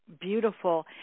beautiful